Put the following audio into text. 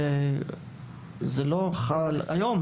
כיום,